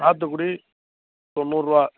சாத்துக்குடி தொண்ணூறு ரூபா